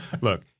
look